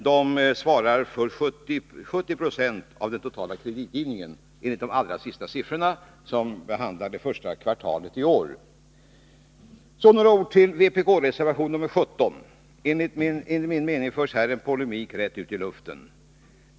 De har enligt de siffror som gäller för första kvartalet i år tagit i anspråk 70 20 av den totala kreditgivningen. Så några ord om vpk-reservationen nr 17. Enligt min mening förs där en polemik rätt ut i luften.